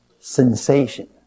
sensation